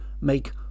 make